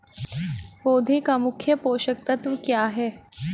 पौधे का मुख्य पोषक तत्व क्या हैं?